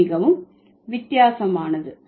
அது மிகவும் வித்தியாசமானது